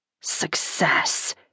Success